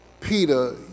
Peter